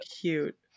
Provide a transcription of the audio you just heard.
cute